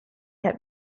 had